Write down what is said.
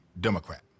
Democrat